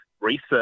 research